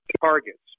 targets